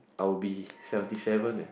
I'll be seventy seven leh